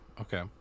Okay